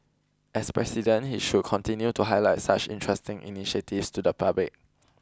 as president he should continue to highlight such interesting initiatives to the public